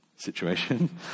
situation